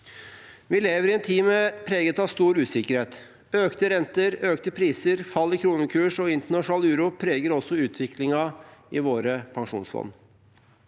Vi lever i en tid preget av stor usikkerhet. Økte renter, økte priser, fall i kronekurs og internasjonal uro preger også utviklingen i våre pensjonsfond.